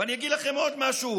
אני אגיד לכם עוד משהו: